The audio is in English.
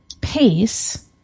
pace